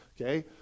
okay